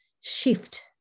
shift